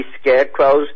scarecrows